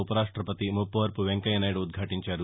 ఉ వరాష్టవతి మువ్పవరపు వెంకయ్యనాయుడు ఉద్ఘాటించారు